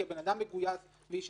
כי אדם מגויס והוא ישלם,